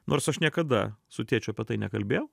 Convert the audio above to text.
nors aš niekada su tėčiu apie tai nekalbėjau